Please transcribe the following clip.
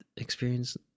experience